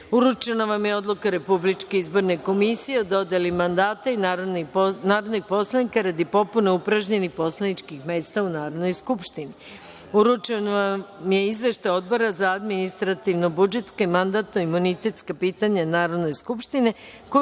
vam je odluka RIK o dodeli mandata narodnih poslanika radi popune upražnjenih poslaničkih mesta u Narodnoj Skupštini. Uručen vam je izveštaj Odbora za administrativno-budžetska i mandatno-imunitetska pitanja Narodne skupštine,